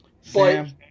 Sam